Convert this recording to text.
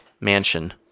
mansion